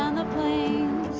and the plains.